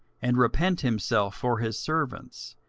and repent himself for his servants,